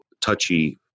touchy